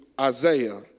Isaiah